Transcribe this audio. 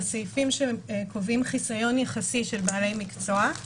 בסעיפים שקובעים חיסיון יחסי של בעלי מקצוע,